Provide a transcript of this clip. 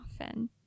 often